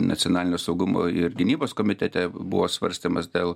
nacionalinio saugumo ir gynybos komitete buvo svarstymas dėl